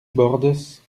bordes